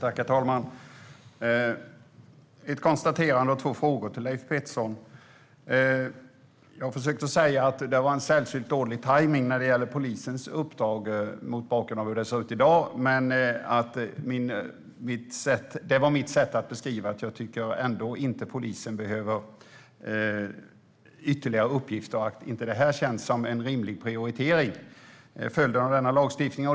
Herr talman! Jag har ett konstaterande, och så vill jag ställa två frågor till Leif Pettersson. Jag har försökt att säga att det var sällsynt dålig tajmning när det gäller polisens uppdrag, mot bakgrund av hur det ser ut i dag, men jag tycker ändå inte att polisen behöver ytterligare uppgifter. Det som blir följden av den här lagstiftningen känns inte som en rimlig prioritering.